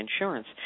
insurance